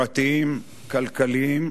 החברתיים-כלכליים,